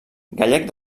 gallec